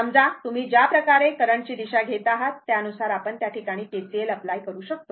समजा तुम्ही ज्या प्रकारे तुम्ही करंटची दिशा घेत आहात आणि त्यानुसार आपण या ठिकाणी KCL अप्लाय करू शकतो